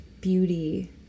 beauty